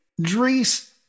Drees